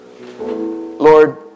Lord